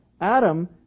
Adam